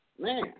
man